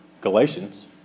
Galatians